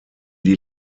die